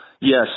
Yes